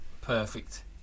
perfect